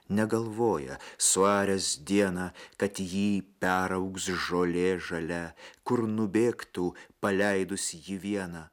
negalvoja suaręs dieną kad jį peraugs žolė žalia kur nubėgtų paleidus jį vieną